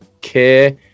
care